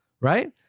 right